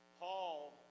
Paul